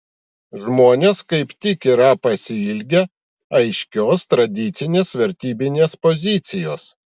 žmonės kaip tik yra pasiilgę aiškios tradicinės vertybinės pozicijos